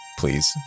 Please